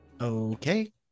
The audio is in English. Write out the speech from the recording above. okay